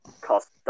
Cost